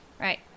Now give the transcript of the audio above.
Right